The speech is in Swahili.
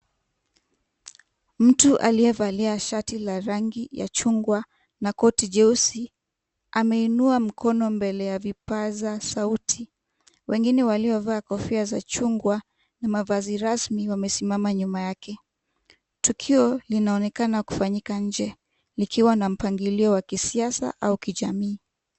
Mtu aliyevalia shati la rangi ya chungwa na koti jeusi. Ameinua mkono mbele ya vipaza sauti. Wengine waliovaa kofia za chungwa na mavazi rasmi wamesimama nyuma yake. Tukio linaonekana kufanyika nje likiwa na mpangilio wa kisiasa au kijamii.